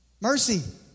mercy